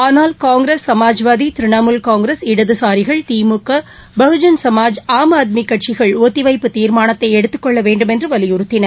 ஆனால் Congress Samajwadi Trinamool Congress இடதுசாரிகள் திமுக பகுஜன் சமாஜ் ஆம் ஆத்மி கட்சிகள் ஒத்தி வைப்பு தீர்மானத்தை எடுத்துக்கொள்ள வேண்டும் என்று வலியுறுத்தின